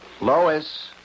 Lois